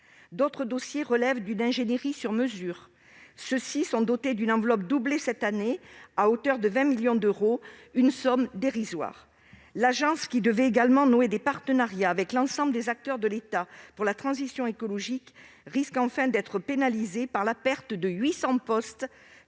D'autres dossiers relèvent d'une ingénierie sur mesure ; ceux-ci sont dotés d'une enveloppe doublée cette année à hauteur de 20 millions d'euros, une somme dérisoire. L'agence, qui devait également nouer des partenariats avec l'ensemble des acteurs de l'État pour la transition écologique, risque enfin d'être pénalisée par la perte de 800 postes